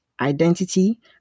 identity